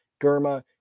gurma